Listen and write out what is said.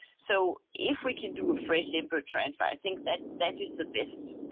so if we can do a fresh embryo transfer, i think that that is the best.